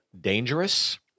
dangerous